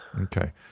Okay